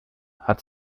hat